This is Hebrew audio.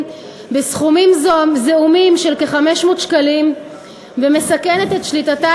בסכומים זעומים של כ-500 שקלים לחודש ומסכנת את שליטתה